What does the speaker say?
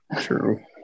True